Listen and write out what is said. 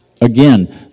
Again